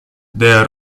dea